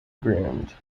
grand